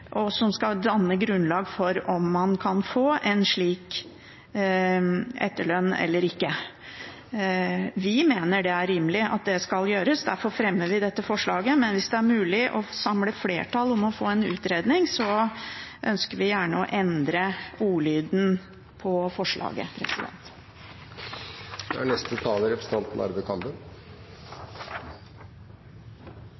og som skal danne grunnlag for om man kan få en slik etterlønn eller ikke. Vi mener det er rimelig at det gjøres. Derfor fremmer vi dette forslaget. Men hvis det er mulig å samle flertallet for å få en utredning, ønsker vi gjerne å endre ordlyden i forslaget. Representanten Karin Andersen har tatt opp det forslaget hun refererte – da